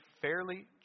fairly